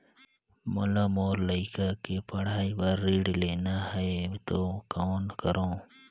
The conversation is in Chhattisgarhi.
मोला मोर लइका के पढ़ाई बर ऋण लेना है तो कौन करव?